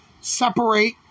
Separate